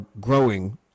growing